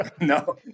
No